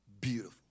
beautiful